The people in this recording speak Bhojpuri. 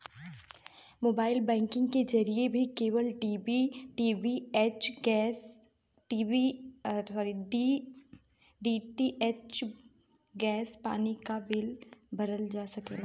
मोबाइल बैंकिंग के जरिए भी केबल टी.वी डी.टी.एच गैस पानी क बिल भरल जा सकला